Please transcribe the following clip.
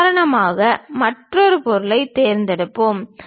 உதாரணமாக மற்றொரு பொருளைத் தேர்ந்தெடுப்போம்